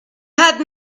had